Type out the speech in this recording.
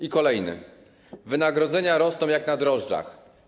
I kolejny: „Wynagrodzenia rosną jak na drożdżach”